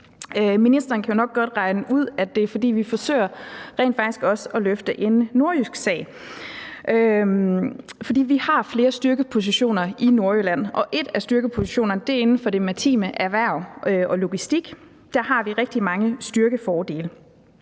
Ministeren kan jo nok godt regne ud, at det er, fordi vi rent faktisk også forsøger at løfte en nordjysk sag, for vi har flere styrkepositioner i Nordjylland. En af styrkepositionerne er inden for det maritime erhverv og logistik. Der har vi rigtig mange styrkefordele.